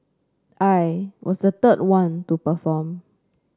I was the third one to perform